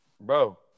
Bro